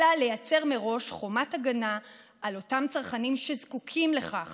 אלא לייצר מראש חומת הגנה לאותם צרכנים שזקוקים לכך